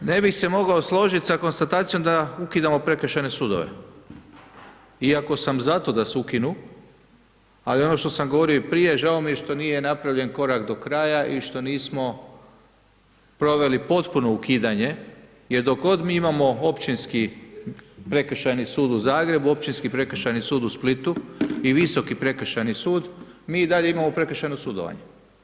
Prvo, ne bi se mogao složiti sa konstatacijom da ukidamo prekršajne sudove iako sam zato da se ukinu, ali ono što sam govorio i prije, žao mi je što nije napravljen korak do kraja i što nismo proveli potpuno ukidanje jer dok god mi imamo općinski, prekršajni sud u Zagrebu, općinski, prekršajni sud u Splitu i Visoki prekršajni sud, mi i dalje imamo prekršajno sudovanje.